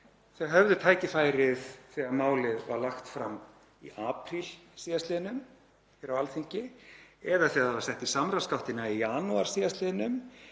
Þau höfðu tækifærið þegar málið var lagt fram í apríl síðastliðnum á Alþingi, eða þegar það var sett í samráðsgáttina í janúar síðastliðnum,